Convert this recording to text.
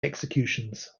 executions